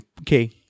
Okay